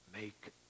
make